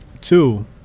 Two